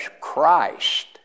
Christ